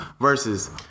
versus